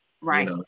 Right